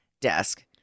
desk